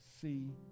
see